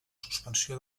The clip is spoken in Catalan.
suspensió